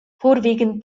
vorwiegend